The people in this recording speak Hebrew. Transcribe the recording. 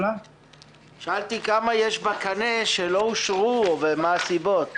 שאלתי כמה יש בקנה של אושרו ומה הסיבות?